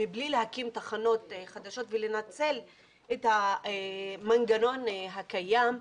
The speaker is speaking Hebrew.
מבלי להקים תחנות חדשות ולנצל את המנגנון הקיים,